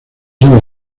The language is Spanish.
son